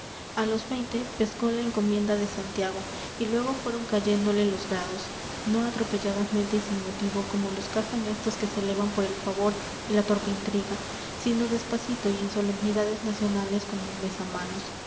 a los veinte pescó la encomienda de santiago y luego fueron cayéndole los grados no atropelladamente y sin motivo como los cazan estos que se elevan por el favor y la torpe intriga sino despacito y en solemnidades nacionales como un besamanos el